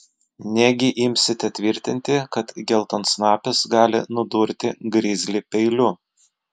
negi imsite tvirtinti kad geltonsnapis gali nudurti grizlį peiliu